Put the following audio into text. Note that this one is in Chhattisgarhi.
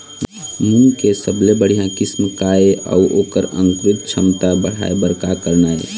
मूंग के सबले बढ़िया किस्म का ये अऊ ओकर अंकुरण क्षमता बढ़ाये बर का करना ये?